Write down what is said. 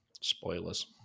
Spoilers